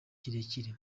kirekire